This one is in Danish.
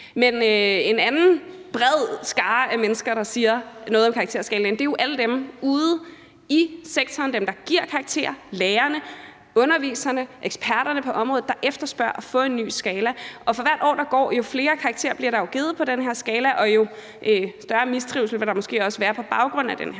Men en anden bred skare af mennesker, der siger noget om karakterskalaen, er jo alle dem ude i sektoren og dem, der giver karakterer; det er lærerne, underviserne og eksperterne på området, der efterspørger en ny skala. Jo flere år der går, jo flere karakterer bliver der jo givet på den her skala, og jo større mistrivsel vil der måske også være på baggrund af den her